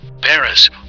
Paris